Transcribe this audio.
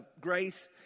grace